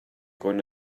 con